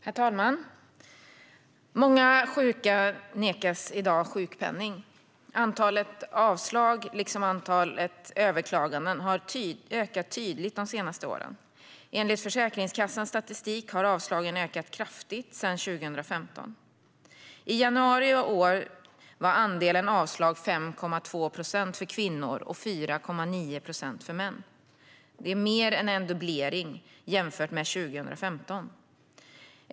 Herr talman! Många sjuka nekas i dag sjukpenning. Antalet avslag, liksom antalet överklaganden, har ökat tydligt de senaste åren. Enligt Försäkringskassans statistik har avslagen ökat kraftigt sedan 2015. I januari i år var andelen avslag 5,2 procent för kvinnor och 4,9 procent för män. Det är mer än en dubblering jämfört med 2015.